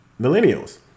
millennials